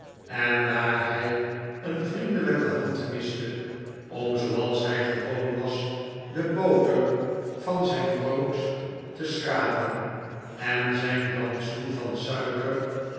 en daar hij een vriendelijke hand miste om zooals hij gewoon was de boter van zijn brood te schrapen en zijn rantsoen van suiker